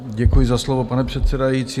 Děkuji za slovo, pane předsedající.